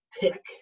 pick